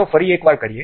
ચાલો ફરી એક વાર કરીએ